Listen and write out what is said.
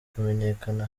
kumenyekana